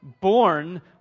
born